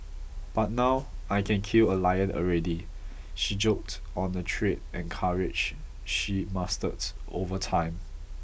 but now I can kill a lion already she joked on the trade and courage she mastered over time